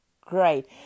Great